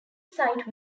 site